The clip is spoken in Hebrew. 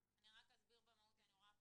--- שהמחוקק יסביר לנו מה רוצים.